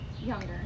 younger